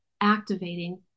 activating